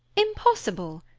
impossible!